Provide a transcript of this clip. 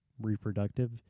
reproductive